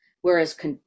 whereas